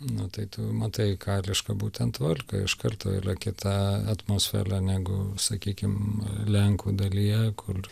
nu tai tu matai karišką būtent tvarką iš karto yra kita atmosfera negu sakykim lenkų dalyje kur